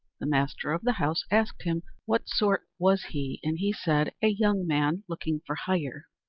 the master of the house asked him what sort was he, and he said a young man looking for hire.